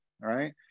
right